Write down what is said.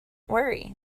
worry